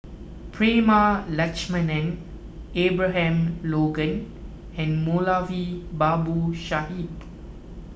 Prema Letchumanan Abraham Logan and Moulavi Babu Sahib